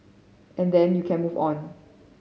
and then you can move on